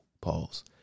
pause